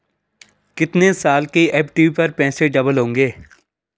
कितने साल की एफ.डी पर पैसे डबल होंगे?